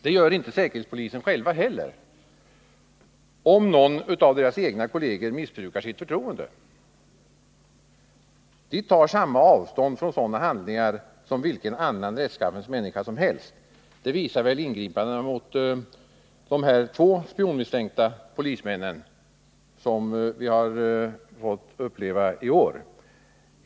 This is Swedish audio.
Det gör inte säkerhetspolisen heller, om någon av dess egna tjänstemän missbrukar förtroendet. Man tar samma avstånd från sådana handlingar som vilken annan rättsskaffens människa som helst. Det visar väl ingripandena mot de här två spionmisstänkta polismännen i de fall som vi fått uppleva i år.